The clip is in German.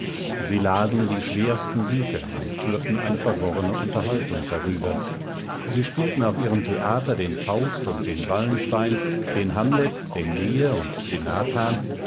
sie lasen die schwersten bücher und führten eine verworrene unterhaltung darüber sie spielten auf ihrem theater den faust und den wallenstein den hamlet den lear und den